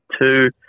two